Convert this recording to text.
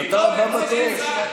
אתה הבא בתור.